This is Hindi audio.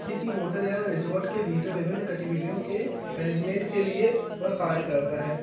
किसी होटल या रिजौट के भीतर विभिन्न गतिविधियों के मैनेजमेंट के लिए वह कार्य करता है